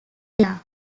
here